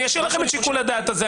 אני אשאיר לכם את שיקול הדעת הזה.